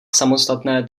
samostatné